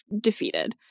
defeated